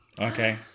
Okay